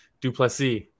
Duplessis